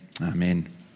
Amen